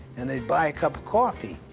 and they'd buy a cup of coffee.